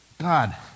god